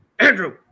Andrew